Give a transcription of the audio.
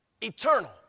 Eternal